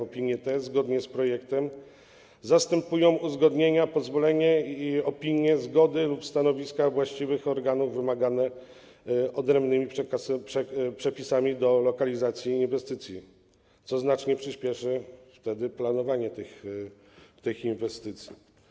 Opinie te, zgodnie z projektem, zastępują uzgodnienia, pozwolenia, opinie, zgody lub stanowiska właściwych organów wymagane odrębnymi przepisami dla lokalizacji inwestycji, co znacznie przyspieszy planowanie tych inwestycji.